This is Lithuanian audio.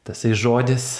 tasai žodis